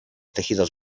tejidos